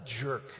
jerk